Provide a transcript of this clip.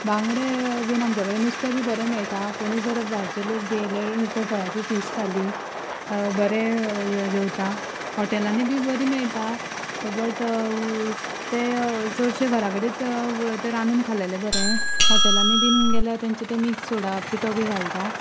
बांगडे बी आमचे कडेन नुस्तें बी बरें मेळटा कोणूय जर भायरचे लोक बी येले तर गोंयाची फीश थाली बरें जेवता हॉटेलांनी बी बरी मेळटा बट ते चडशे घराकडेच रांदून खालेलें बरें हॉटेलांनी बी गेल्यार तेंचें तें मिक्स सोडा पिटो बी घालता